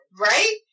right